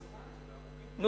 אתה מקבל את הנוסחה?